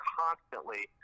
constantly